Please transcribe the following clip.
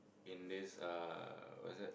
in this uh what's that